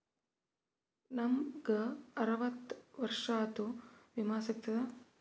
ನಮ್ ಗ ಅರವತ್ತ ವರ್ಷಾತು ವಿಮಾ ಸಿಗ್ತದಾ?